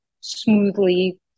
smoothly